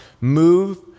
move